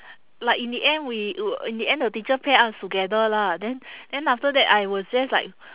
like in the end we w~ in the end the teacher pair us together lah then then after that I was just like